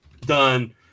done